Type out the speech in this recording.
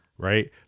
right